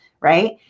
right